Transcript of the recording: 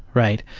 right?